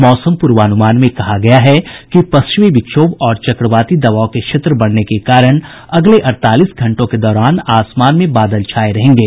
मौसम पूर्वानुमान में कहा गया है कि पश्चिमी विक्षोभ और चक्रवाती दबाव के क्षेत्र बनने के कारण अगले अड़तालीस घंटों के दौरान आसमान में बादल छाये रहेंगे